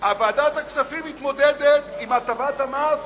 ועדת הכספים מתמודדת עם הטבת המס